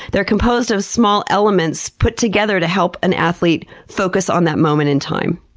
they're composed of small elements put together to help an athlete focus on that moment in time.